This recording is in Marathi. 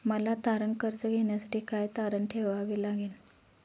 मला तारण कर्ज घेण्यासाठी काय तारण ठेवावे लागेल?